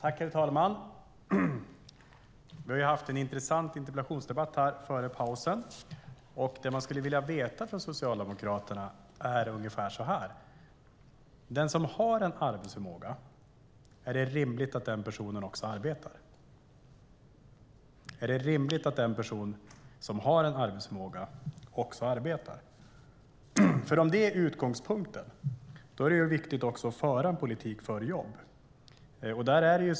Herr talman! Vi hade en intressant interpellationsdebatt före pausen. Det som man skulle vilja fråga Socialdemokraterna är: Är det rimligt att den som har en arbetsförmåga arbetar? Om detta är utgångspunkten är det viktigt att också föra en politik för jobb.